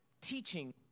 Teaching